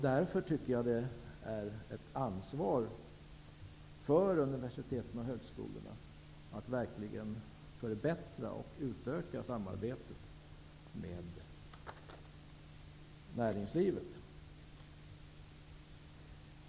Därför tycker jag att det är ett ansvar för universiteten och högskolorna att verkligen förbättra och utöka samarbetet med näringslivet.